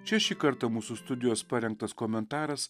čia šį kartą mūsų studijos parengtas komentaras